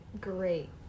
great